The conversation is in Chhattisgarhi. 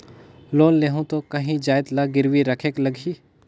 लोन लेहूं ता काहीं जाएत ला गिरवी रखेक लगही?